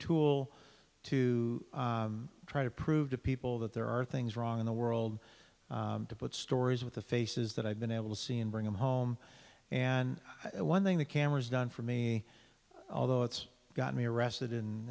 tool to try to prove to people that there are things wrong in the world to put stories with the faces that i've been able to see and bring them home and one thing the cameras done for me although it's got me arrested in